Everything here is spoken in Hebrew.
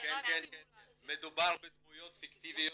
מדובר בדמויות פיקטיביות.